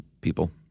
people